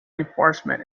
enforcement